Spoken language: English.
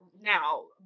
now